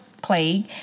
plague